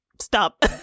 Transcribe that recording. stop